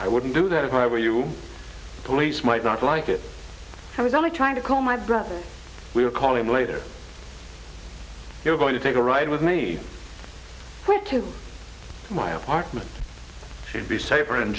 i wouldn't do that if i were you police might not like it i was only trying to call my brother we were calling later you were going to take a ride with me where to my apartment you'd be safer in